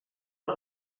per